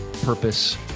purpose